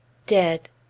dead!